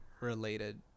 related